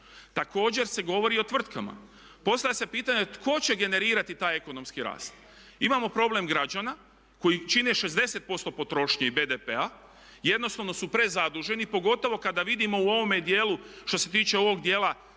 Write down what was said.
Također se govori o tvrtkama. Postavlja se pitanje tko će generirati taj ekonomski rast. Imamo problem građana koji čine 60% potrošnje i BDP-a, jednostavno su prezaduženi pogotovo kada vidimo u ovome dijelu što se tiče ovog dijela